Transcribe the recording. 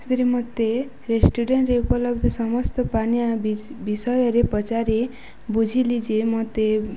ସେଥିରେ ମୋତେ ରେଷ୍ଟୁରାଣ୍ଟରେ ଉପଲବ୍ଧ ସମସ୍ତ ପାନୀୟ ବିଷୟରେ ପଚାରି ବୁଝିଲି ଯେ ମତେ